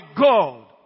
God